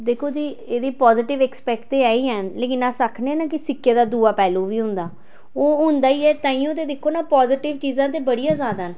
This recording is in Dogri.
दिक्खो जी एह्दी पॉजिटिव आस्पेक्ट ते ऐ ई हैन लेकिन अस आखने आं ना कि सिक्के दा दूआ पैह्लू बी होंदा ओह् होंदा ई ऐ ते ताहियों दिक्खो ना पॉजिटिव चीजां ते बड़ियां जादा न